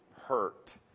hurt